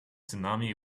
tsunami